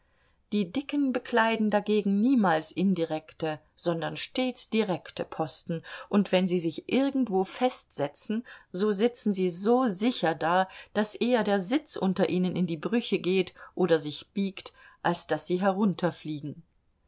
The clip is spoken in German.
die dicken bekleiden dagegen niemals indirekte sondern stets direkte posten und wenn sie sich irgendwo festsetzen so sitzen sie so sicher da daß eher der sitz unter ihnen in die brüche geht oder sich biegt als daß sie herunterfliegen